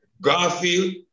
Garfield